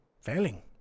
failing